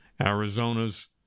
Arizona's